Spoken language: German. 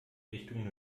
richtung